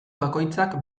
bakoitzak